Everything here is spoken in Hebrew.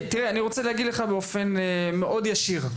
תראה אני רוצה להגיד לך באופן מאוד ישיר,